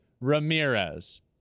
Ramirez